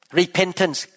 repentance